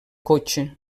cotxe